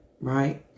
right